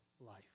Life